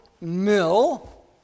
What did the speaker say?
mill